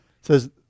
says